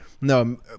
No